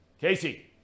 Casey